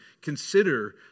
consider